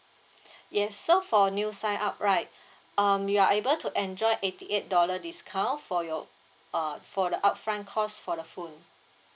yes so for new sign up right um you are able to enjoy eighty eight dollar discount for your uh for the upfront cost for the phone